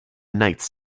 knights